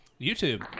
YouTube